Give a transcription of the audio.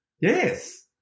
Yes